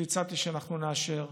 שהצעתי שאנחנו נאשר.